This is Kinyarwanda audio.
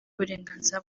uburenganzira